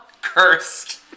Cursed